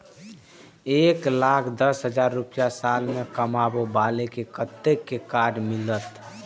एक लाख दस हजार रुपया साल में कमाबै बाला के कतेक के कार्ड मिलत?